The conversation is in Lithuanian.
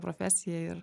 profesija ir